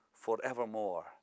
forevermore